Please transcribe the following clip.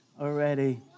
already